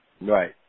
Right